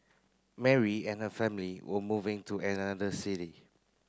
Mary and her family were moving to another city